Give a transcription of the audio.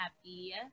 happy